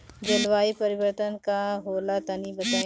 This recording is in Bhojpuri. जलवायु परिवर्तन का होला तनी बताई?